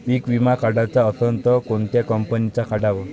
पीक विमा काढाचा असन त कोनत्या कंपनीचा काढाव?